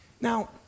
Now